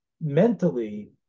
mentally